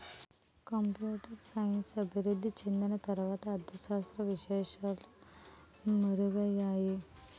computer science అభివృద్ధి చెందిన తర్వాత అర్ధ శాస్త్ర విశేషాలు మెరుగయ్యాయి